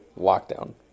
lockdown